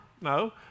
No